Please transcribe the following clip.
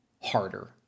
harder